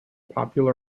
popular